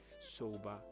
sober